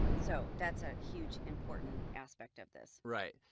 ah so that's a huge important aspect of this, right?